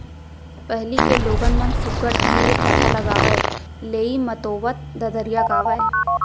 पहिली के लोगन मन सुग्घर ढंग ले थरहा लगावय, लेइ मतोवत ददरिया गावयँ